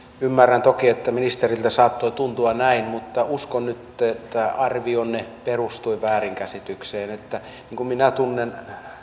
ymmärrän toki että ministeristä saattoi tuntua siltä mutta uskon nyt että arvionne perustui väärinkäsitykseen sikäli kuin minä tunnen